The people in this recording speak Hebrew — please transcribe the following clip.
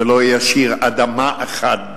ולא ישאיר אדמה אחת